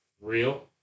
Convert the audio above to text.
Real